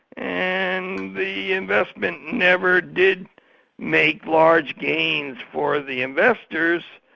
and the investment never did make large gains for the investors,